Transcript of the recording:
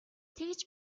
тэгж